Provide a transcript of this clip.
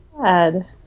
sad